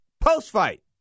post-fight